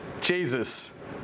Jesus